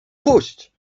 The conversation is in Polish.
puść